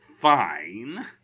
fine